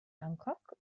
bangkok